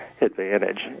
advantage